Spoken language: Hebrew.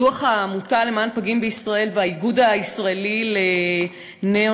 דוח העמותה למען פגים בישראל והאיגוד הישראלי לנאונטולוגיה